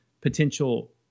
potential